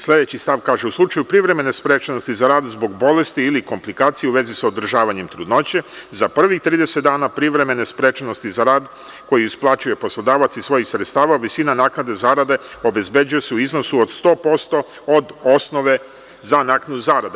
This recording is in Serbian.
Sledeći stav kaže – u slučaju privremene sprečenosti za rad zbog bolesti ili komplikacija u vezi sa održavanjem trudnoće za prvih 30 dana privremene sprečenosti za rad koje isplaćuje poslodavac iz svojih sredstava, visina naknade zarade obezbeđuje se u iznosu od 100% od osnove za naknadu zarade.